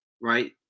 right